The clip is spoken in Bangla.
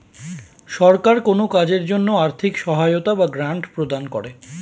সরকার কোন কাজের জন্য আর্থিক সহায়তা বা গ্র্যান্ট প্রদান করে